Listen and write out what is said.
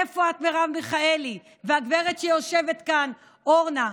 איפה את, מרב מיכאלי, והגברת שיושבת כאן, אורנה?